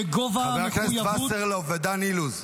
כגובה המחויבות --- חברי הכנסת וסרלאוף ודן אילוז.